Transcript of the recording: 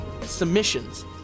submissions